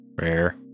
Rare